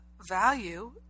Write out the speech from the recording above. value